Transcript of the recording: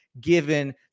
given